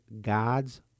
God's